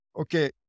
okay